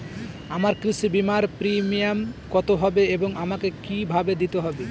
আমার কৃষি বিমার প্রিমিয়াম কত হবে এবং আমাকে কি ভাবে দিতে হবে?